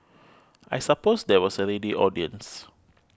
I suppose there was a ready audience